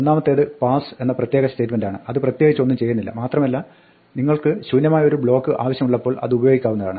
ഒന്നാമത്തേത് പാസ്സ് എന്ന പ്രത്യേക സ്റ്റേറ്റ്മെന്റാണ് അത് പ്രത്യേകിച്ച് ഒന്നും ചെയ്യുന്നില്ല മാത്രമല്ല നിങ്ങൾക്ക് ശൂന്യമായ ഒരു ബ്ലോക്ക് ആവശ്യമുള്ളപ്പോൾ അതുപയോഗിക്കാവുന്നതാണ്